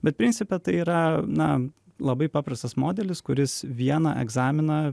bet principe tai yra na labai paprastas modelis kuris vieną egzaminą